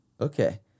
Okay